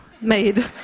made